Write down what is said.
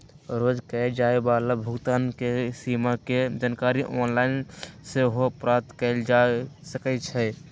रोज कये जाय वला भुगतान के सीमा के जानकारी ऑनलाइन सेहो प्राप्त कएल जा सकइ छै